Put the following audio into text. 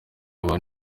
abantu